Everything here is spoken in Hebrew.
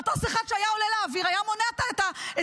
מטוס אחד שהיה עולה לאוויר היה מונע את החטיפה